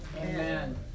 Amen